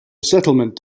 settlement